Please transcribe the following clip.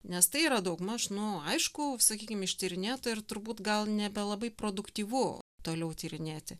nes tai yra daugmaž nu aišku sakykim ištyrinėta ir turbūt gal nebelabai produktyvu toliau tyrinėti